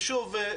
ושוב,